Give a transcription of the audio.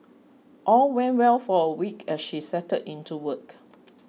all went well for a week as she settled into work